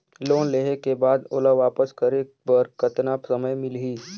Loan लेहे के बाद ओला वापस करे बर कतना समय मिलही?